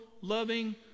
loving